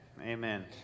Amen